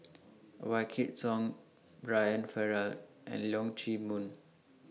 Wykidd Song Brian Farrell and Leong Chee Mun